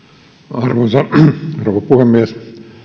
arvoisa rouva puhemies